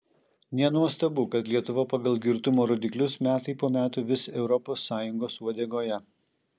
nenuostabu kad lietuva pagal girtumo rodiklius metai po metų vis europos sąjungos uodegoje